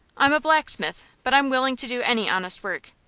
i'm a blacksmith, but i'm willing to do any honest work.